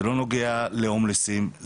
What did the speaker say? זה לא נוגע להומלסים,